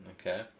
Okay